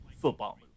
football